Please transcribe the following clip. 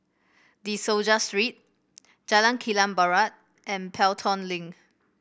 De Souza Street Jalan Kilang Barat and Pelton Link